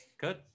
Good